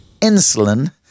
insulin